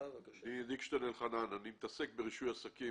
אני מתעסק ברישוי עסקים